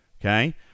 okay